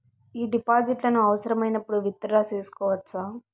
ఈ డిపాజిట్లను అవసరమైనప్పుడు విత్ డ్రా సేసుకోవచ్చా?